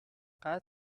فقط